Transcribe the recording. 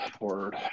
word